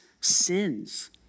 sins